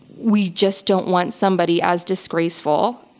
we just don't want somebody as disgraceful,